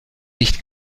nicht